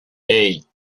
hey